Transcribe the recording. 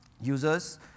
users